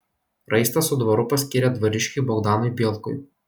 raistą su dvaru paskyrė dvariškiui bogdanui bielkui